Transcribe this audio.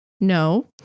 No